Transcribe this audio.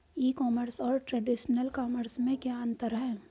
ई commerce और traditional commerce में क्या अंतर है?